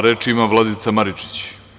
Reč ima Vladica Maričić.